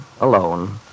alone